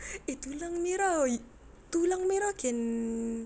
eh tulang merah tulang merah can